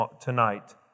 tonight